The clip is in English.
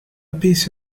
appease